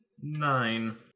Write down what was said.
nine